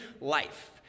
life